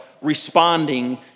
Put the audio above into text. responding